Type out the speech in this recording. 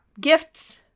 gifts